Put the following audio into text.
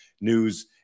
news